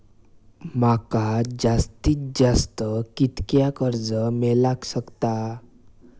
माका जास्तीत जास्त कितक्या कर्ज मेलाक शकता?